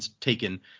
taken